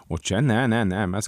o čia ne ne ne mes